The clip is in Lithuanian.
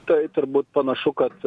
tai turbūt panašu kad